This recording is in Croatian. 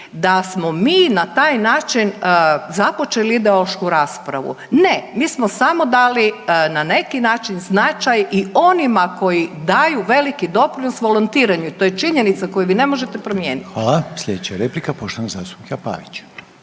da smo mi na taj način započeli ideološku raspravu. Ne, mi smo samo dali na neki način značaj i onima koji daju veliki doprinos volontiranju. To je činjenica koju vi ne možete promijeniti. **Reiner, Željko (HDZ)** Hvala. Slijedeća je replika poštovanog zastupnika Pavića.